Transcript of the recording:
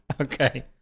Okay